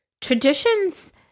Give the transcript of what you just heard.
traditions